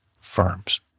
firms